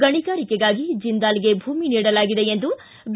ಗಣಿಗಾರಿಕೆಗಾಗಿ ಜಿಂದಾಲ್ಗೆ ಭೂಮಿ ನೀಡಲಾಗಿದೆ ಎಂದು ಬಿ